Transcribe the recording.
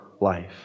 Life